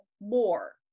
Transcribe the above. more